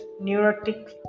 neurotic